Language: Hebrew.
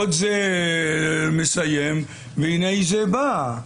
עוד זה מסיים, והנה זה בא.